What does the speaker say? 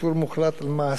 לפטר עובד,